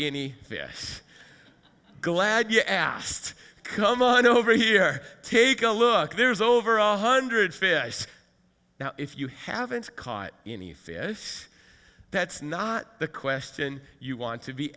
any yes glad you asked come on over here take a look there's over a hundred fish now if you haven't caught any fish that's not the question you want